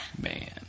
Man